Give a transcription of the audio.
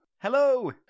Hello